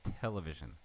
Television